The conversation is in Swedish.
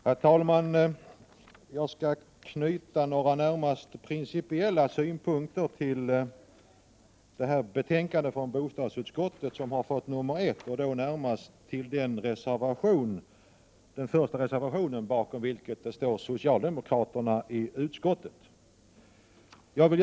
Herr talman! Jag skall knyta några närmast principiella synpunkter till bostadsutskottets betänkande 1 och då närmast med anledning av reservation 1, bakom vilken socialdemokraterna i utskottet står.